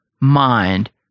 mind